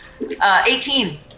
18